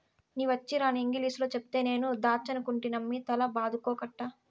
నీ వచ్చీరాని ఇంగిలీసులో చెప్తే నేను దాచ్చనుకుంటినమ్మి తల బాదుకోకట్టా